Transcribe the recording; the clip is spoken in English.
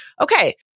Okay